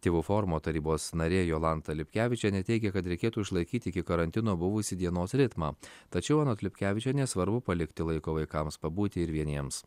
tėvų forumo tarybos narė jolanta lipkevičienė teigia kad reikėtų išlaikyti iki karantino buvusį dienos ritmą tačiau anot liutkevičienės svarbu palikti laiko vaikams pabūti ir vieniems